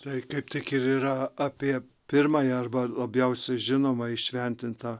tai kaip tik ir yra apie pirmąją arba labiausiai žinomą įšventintą